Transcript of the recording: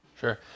Sure